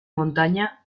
montaña